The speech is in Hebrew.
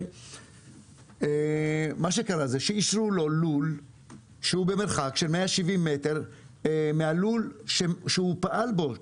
מה שקרה זה שאישרו לו לול במרחק 170 מטר מהלול שהוא פעל בו,